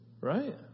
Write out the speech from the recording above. Right